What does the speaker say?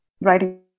writing